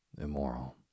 immoral